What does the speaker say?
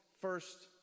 first